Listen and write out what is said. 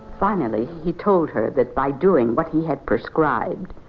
finally, he told her that by doing what he had prescribed,